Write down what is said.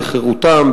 בחירותם,